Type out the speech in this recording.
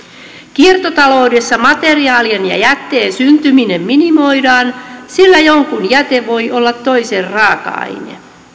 kiertotaloudessa materiaalien ja jätteen syntyminen minimoidaan sillä jonkun jäte voi olla toisen raaka aine